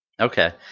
Okay